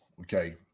okay